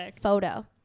photo